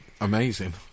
amazing